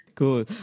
cool